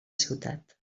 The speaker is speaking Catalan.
ciutat